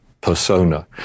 persona